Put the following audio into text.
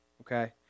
okay